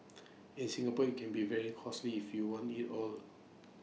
in Singapore IT can be very costly if you want IT all